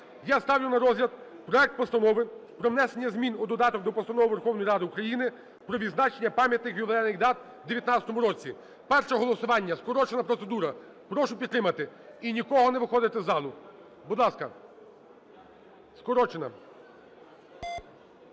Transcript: Я ставлю на розгляд проект Постанови про внесення змін у додаток до Постанови Верховної Ради України "Про відзначення пам'ятних ювілейних дат в 2019 році". Перше голосування - скорочена процедура. Прошу підтримати. І нікому не виходити із залу. Будь ласка. Скорочена.